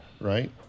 right